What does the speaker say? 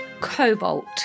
Cobalt